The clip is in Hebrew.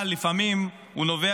אבל לפעמים הוא נובע,